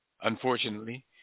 unfortunately